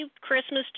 Christmas